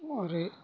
आरो